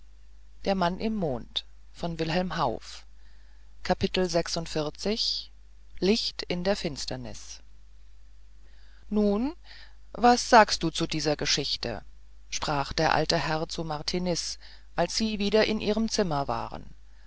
licht in der finsternis nun was sagst du zu dieser geschichte sprach der alte herr zu martiniz als sie wieder in ihrem zimmer waren